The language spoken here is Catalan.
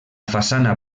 façana